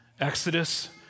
Exodus